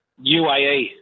UAE